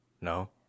No